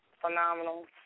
phenomenal